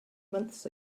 months